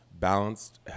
Balanced